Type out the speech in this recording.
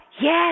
yes